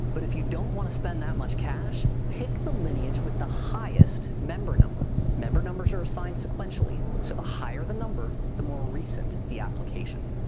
but if you don't want to spend that much cash, pick the lineage with the highest member number. member numbers are assigned sequentially, so the higher the number, the more recent the application.